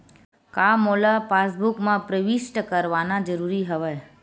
का मोला पासबुक म प्रविष्ट करवाना ज़रूरी हवय?